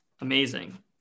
amazing